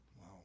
Wow